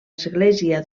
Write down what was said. església